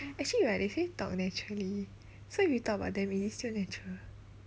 actually right they said talk naturally so if we talk about them is it still natural